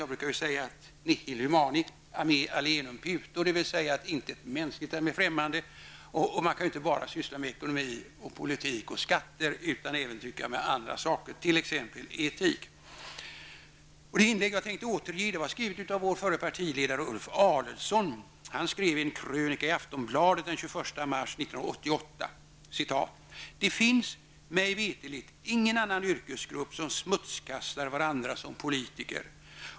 Jag brukar ju säga att nihl humani a me alienum puto, dvs. intet mänskligt är mig främmande, och man kan inte bara syssla med ekonomi, politik och skatter. Man kan även tycka om andra saker, t.ex. etik. Det inlägg jag tänkte återge var skrivet av vår förre partiledare Ulf Adelsohn. Han skrev en krönika i Aftonbladet den 21 mars 1988: ''Det finns, mig veterligt, ingen annan yrkesgrupp som smutskastar varandra som politiker.